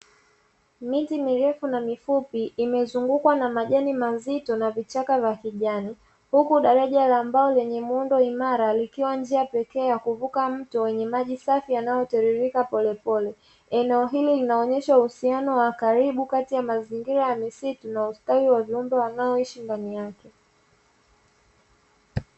Miti mirefu na mifupi imezungukwa na majani mazito na vichaka vya kijani, huku daraja la mbao lenye muundo imara likiwa njia pekee ya kuvuka mto wenye maji safi yanayotiririka polepole. Eneo hili linaonyesha uhusiano wa karibu kati ya mazingira ya misitu na ustawi wa viumbe wanaoishi ndani yake.